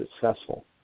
successful